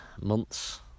months